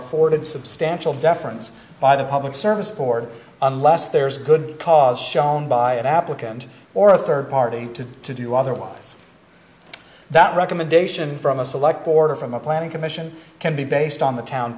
afforded substantial deference by the public service board unless there is a good cause shown by an applicant or a third party to to do otherwise that recommendation from a select border from a planning commission can be based on the town